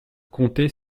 comptaient